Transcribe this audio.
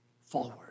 forward